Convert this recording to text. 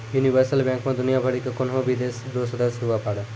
universal bank मे दुनियाँ भरि के कोन्हो भी देश रो सदस्य हुवै पारै